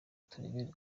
turebere